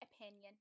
opinion